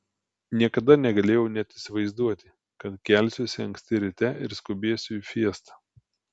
niekada negalėjau net įsivaizduoti kad kelsiuosi anksti ryte ir skubėsiu į fiestą